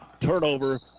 turnover